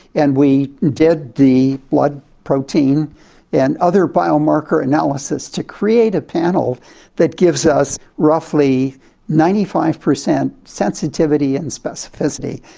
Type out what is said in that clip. and we did the blood protein and other biomarker analysis to create a panel that gives us roughly ninety five per cent sensitivity and specificity,